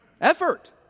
Effort